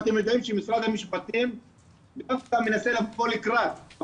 ואתם יודעים שמשרד המשפטים אף פעם לא מנסה לבוא לקראת,